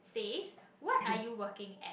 says what are you working at